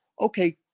okay